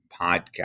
podcast